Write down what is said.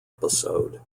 episode